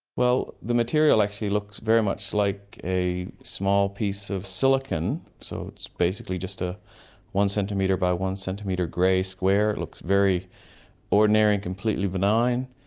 well the material actually looks very much like a small piece of silicon, so it's basically just a one-centimetre by one-centimetre grey square. it looks very ordinary and completely benign.